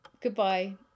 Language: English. goodbye